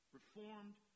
Reformed